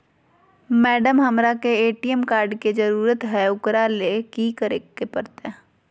Madam, हमरा के ATM card के जरूरत है ऊकरा ले की की करे परते?